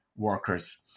workers